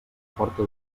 porta